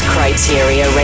Criteria